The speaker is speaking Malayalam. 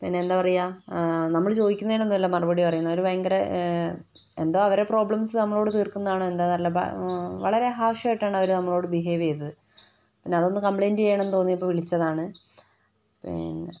പിന്നെ എന്താ പറയുക നമ്മൾ ചോദിക്കുന്നതിനൊന്നുമല്ല മറുപടി പറയുന്നത് അവർ ഭയങ്കര എന്തോ അവരെ പ്രോബ്ലെംസ് നമ്മളോടു തീർക്കുന്നതാണോ എന്താണെന്നറിയില്ല വളരെ ഹാർഷായിട്ടാണ് അവർ നമ്മളോട് ബിഹേവ് ചെയ്തത് പിന്നെ അതൊന്നു കംപ്ലയിൻ്റ് ചെയ്യണം എന്ന് തോന്നിയപ്പോൾ വിളിച്ചതാണ്